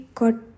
got